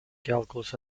calculus